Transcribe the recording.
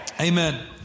Amen